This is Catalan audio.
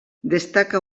destaca